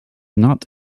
not